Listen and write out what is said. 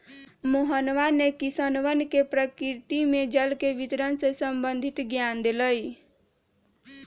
मोहनवा ने किसनवन के प्रकृति में जल के वितरण से संबंधित ज्ञान देलय